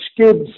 kids